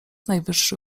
najwyższy